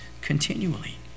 continually